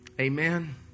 Amen